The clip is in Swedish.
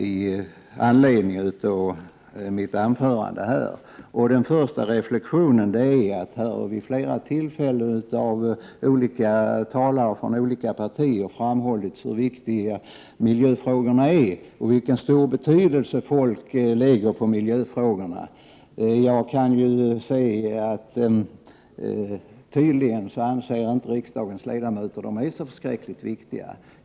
Jag vill också, herr talman, göra ett par reflexioner. Det har här vid flera tillfällen av talare från olika partier framhållits hur viktiga miljöfrågorna är och vilken stor vikt folk tillmäter dem. Tydligen anser inte riksdagens ledamöter att de är så förskräckligt viktiga.